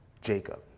Jacob